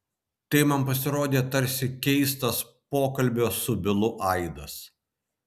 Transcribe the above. tai man pasirodė tarsi keistas pokalbio su bilu aidas